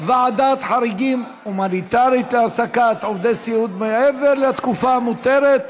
ועדת חריגים הומניטרית להעסקת עובדי סיעוד מעבר לתקופה המותרת),